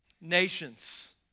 nations